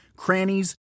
crannies